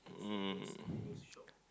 um